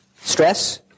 stress